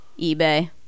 eBay